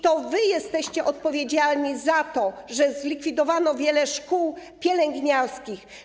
To wy jesteście odpowiedzialni za to, że zlikwidowano wiele szkół pielęgniarskich.